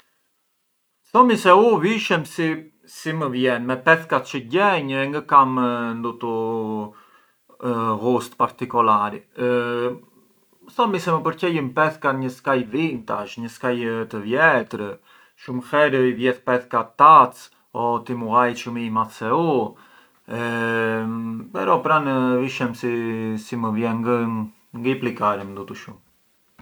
Thomi se u vishem si më vjen, me pethkat çë gjenj e ngë kam ndutu ghust particolari, thomi se mmë përqejën pethkat një skaj vintage, një skaj të vjetrë, shumë herë i vjedh pethkat tatës o tim vëllai çë ë më i madh se u, però pran vishem si më vjen